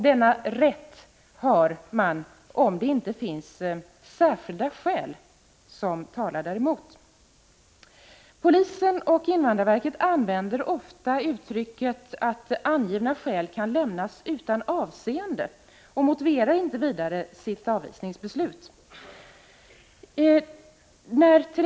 Denna rätt har man om det inte finns särskilda skäl som talar däremot. Polisen och invandrarverket använder ofta uttrycket ”angivna skäl kan lämnas utan avseende” och motiverar inte vidare sitt avvisningsbeslut.